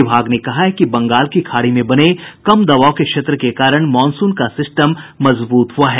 विभाग ने कहा है कि बंगाल की खाड़ी में बने कम दबाव के क्षेत्र के कारण मॉनसून का सिस्टम मजबूत हुआ है